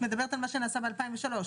את מדברת על מה שנעשה ב-2003?